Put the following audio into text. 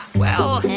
well. ah.